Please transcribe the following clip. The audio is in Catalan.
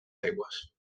aigües